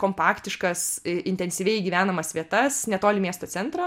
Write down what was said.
kompaktiškas ė intensyviai gyvenamas vietas netoli miesto centro